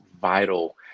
vital